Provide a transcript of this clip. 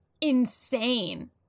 insane